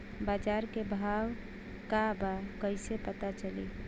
बाजार के भाव का बा कईसे पता चली?